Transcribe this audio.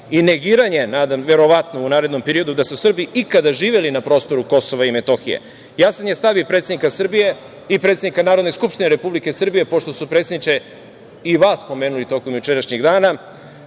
i negiranje verovatno u narednom periodu da su Srbi ikada živeli na prostoru Kosova i Metohije. Jasan je stav i predsednika Srbije i predsednika Narodne skupštine Republike Srbije, pošto su, predsedniče, i vas pomenuli tokom jučerašnjeg dana